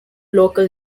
local